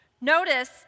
Notice